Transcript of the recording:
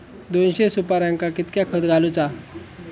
दोनशे सुपार्यांका कितक्या खत घालूचा?